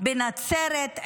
בנצרת,